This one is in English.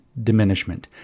diminishment